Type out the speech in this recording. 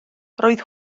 roedd